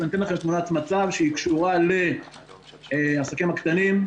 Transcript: ואני אתן לכם תמונת מצב שקשורה לעסקים הקטנים,